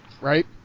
Right